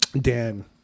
Dan